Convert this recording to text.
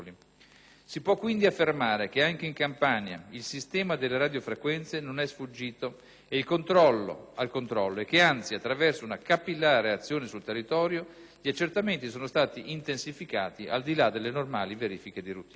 Si può quindi affermare che anche in Campania il sistema delle radiofrequenze non è sfuggito al controllo e che, anzi, attraverso una capillare azione sul territorio, gli accertamenti sono stati intensificati al di là delle normali verifiche di *routine*.